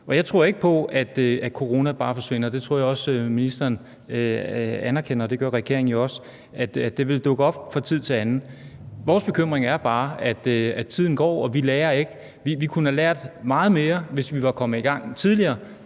Jeg tror ikke på, at corona bare forsvinder – det tror jeg at ministeren anerkender, og det gør regeringen jo også – men at det vil dukke op fra tid til anden. Vores bekymring er bare, at tiden går, og at vi kunne have lært meget mere, hvis vi var kommet i gang tidligere,